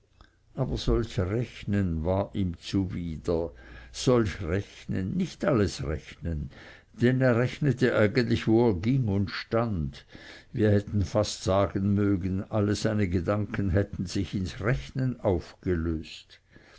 aber solch rechnen war ihm zuwider solch rechnen nicht alles rechnen denn er rechnete eigentlich wo er ging und stand wir hätten fast sagen mögen alle seine gedanken hätten sich ins rechnen aufgelöst